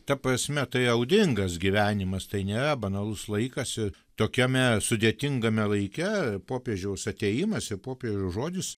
ta prasme tai audringas gyvenimas tai nėra banalus laikas tokiame sudėtingame laike popiežiaus atėjimas ir popiežiaus žodis